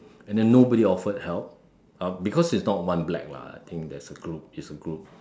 and then nobody offered help uh because it's not one black lah I think there's a group it's a group